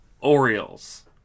Orioles